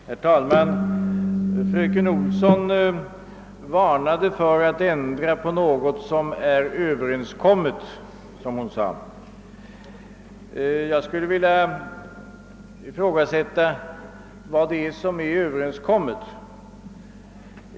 Herr talman! Fröken Olsson varnade för att ändra på något som är över enskommet. Jag skulle vilja fråga vad som är överenskommet.